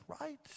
right